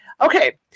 Okay